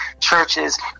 churches